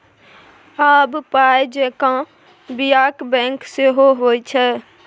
आब पाय जेंका बियाक बैंक सेहो होए छै